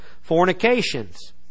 fornications